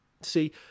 See